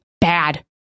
bad